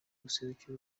guserukira